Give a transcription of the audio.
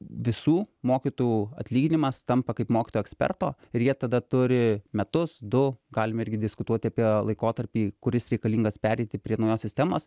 visų mokytojų atlyginimas tampa kaip mokytojo eksperto ir jie tada turi metus du galim irgi diskutuoti apie laikotarpį kuris reikalingas pereiti prie naujos sistemos